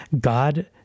God